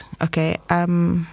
okay